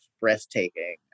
breathtaking